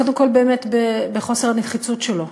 קודם כול, באמת, חוסר הנחיצות שלו.